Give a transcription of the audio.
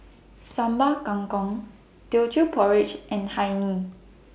Sambal Kangkong Teochew Porridge and Hae Mee